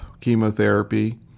chemotherapy